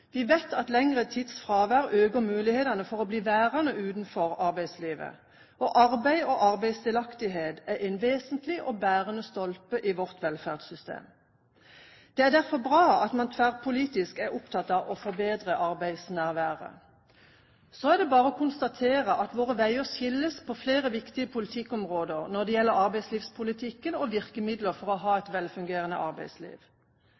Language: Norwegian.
Vi vet at lengre tids fravær øker mulighetene for å bli værende utenfor arbeidslivet. Arbeid og arbeidsdelaktighet er en vesentlig og bærende stolpe i vårt velferdssystem. Det er derfor bra at man tverrpolitisk er opptatt av å forbedre arbeidsnærværet. Så er det bare å konstatere at våre veier skilles på flere viktige politikkområder når det gjelder arbeidslivspolitikken og virkemidler for å ha et velfungerende arbeidsliv.